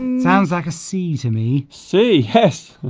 sounds like a sea to me see yes